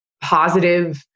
positive